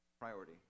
priority